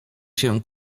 się